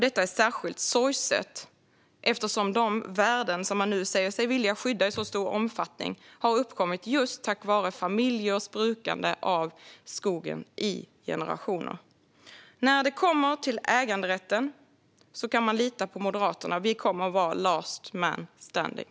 Detta är särskilt sorgligt eftersom de värden man nu säger sig vilja skydda i stor omfattning har uppkommit just tack vare familjers brukande av skogen i generationer. När det kommer till äganderätten kan man lita på Moderaterna. Vi kommer att vara the last man standing.